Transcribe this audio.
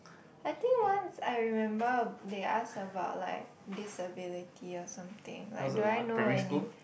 I think once I remember they ask about like disability or something like do I know any